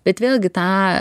bet vėlgi tą